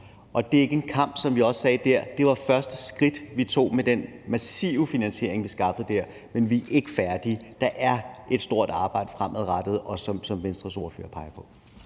med i årtier, og som vi også sagde i forhold til det, var det første skridt, vi tog med den massive finansiering, vi skaffede der. Men vi er ikke færdige. Der er et stort arbejde fremadrettet, som Venstres ordfører også peger på.